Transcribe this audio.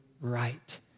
right